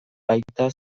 baita